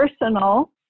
personal